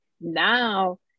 now